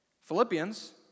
Philippians